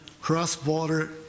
cross-border